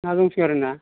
ना दंसोगारोना